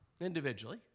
individually